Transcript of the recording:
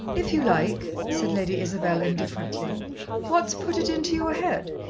if you like, said lady isabel indifferently what's put it into your head?